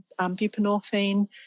buprenorphine